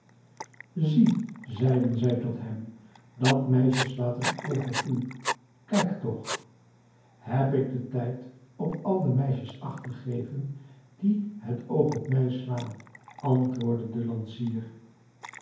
zie zeiden zij tot hem dat meisje slaat een oog op u kijk toch heb ik den tijd op al de meisjes acht te geven die het oog op mij slaan antwoordde de lansier